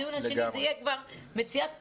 הדיון השני יהיה כבר מציאת פתרונות.